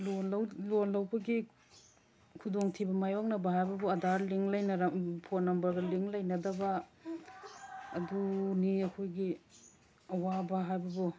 ꯂꯣꯟ loan ꯂꯧꯕꯒꯤ ꯈꯨꯗꯣꯡ ꯊꯤꯕ ꯃꯥꯏꯌꯣꯛꯅꯕ ꯍꯥꯏꯕꯕꯨ ꯑꯗꯥꯔ ꯂꯤꯡ ꯐꯣꯟ ꯅꯝꯕꯔꯒ ꯂꯤꯡ ꯂꯩꯅꯗꯕ ꯑꯗꯨꯅꯤ ꯑꯩꯈꯣꯏꯒꯤ ꯑꯋꯥꯕ ꯍꯥꯏꯕꯕꯨ